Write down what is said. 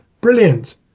brilliant